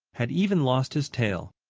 had even lost his tail.